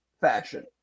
fashion